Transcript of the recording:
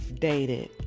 dated